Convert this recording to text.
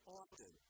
often